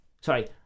sorry